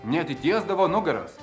neatitiesdavo nugaros